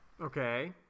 Okay